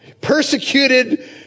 persecuted